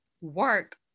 work